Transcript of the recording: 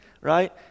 right